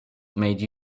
made